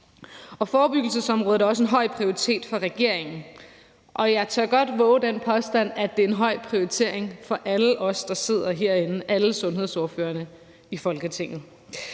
forebyggelsesområdet har også en høj prioritering for regeringen, og jeg tør også godt vove den påstand, at det har en høj prioritering for alle os, der sidder herinde, alle sundhedsordførerne i Folketinget.